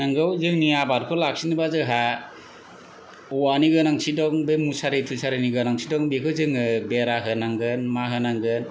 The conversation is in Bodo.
नंगौ जोंनि आबादखौ लाखिनोबा जोंहा औवानि गोनांथि दं बे मुसारि थुसारिनि गोनांथि दं बेखौ जोङो बेरा होनांगोन मा होनांगोन